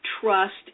trust